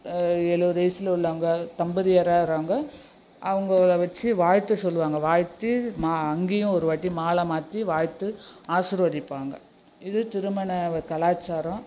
எழுபது வயசில் உள்ளவங்க தம்பதியராராங்க அவங்கள வச்சு வாழ்த்து சொல்லுவாங்க வாழ்த்தி ம அங்கேயும் ஒருவாட்டி மாலை மாற்றி வாழ்த்து ஆசிர்வதிப்பாங்க இது திருமண கலாச்சாரம்